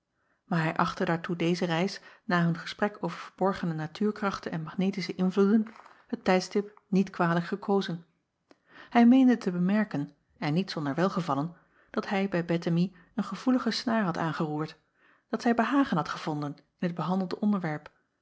aar hij achtte daartoe deze reis na hun gesprek over verborgene natuurkrachten en magnetische invloeden het tijdstip niet kwalijk gekozen ij meende te bemerken en niet zonder welgevallen dat hij bij ettemie een gevoelige snaar had aangeroerd dat zij behagen had gevonden in het behandelde onderwerp